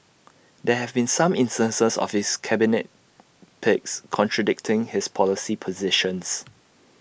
there have been some instances of his cabinet picks contradicting his policy positions